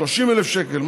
30,000 שקל.